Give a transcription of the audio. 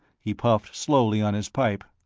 he puffed slowly on his pipe.